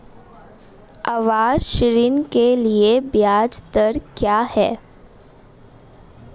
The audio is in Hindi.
आवास ऋण के लिए ब्याज दर क्या हैं?